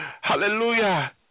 Hallelujah